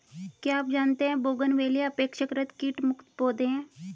क्या आप जानते है बोगनवेलिया अपेक्षाकृत कीट मुक्त पौधे हैं?